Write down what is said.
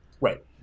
right